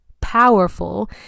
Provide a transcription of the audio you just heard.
powerful